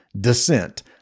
Descent